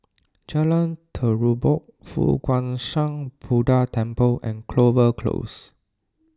Jalan Terubok Fo Guang Shan Buddha Temple and Clover Close